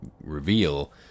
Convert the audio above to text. reveal